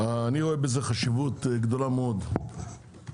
אני רואה בזה חשיבות גדולה מאוד - לסייע